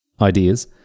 ideas